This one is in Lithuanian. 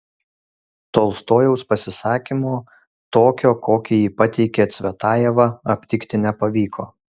tolstojaus pasisakymo tokio kokį jį pateikė cvetajeva aptikti nepavyko